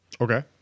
Okay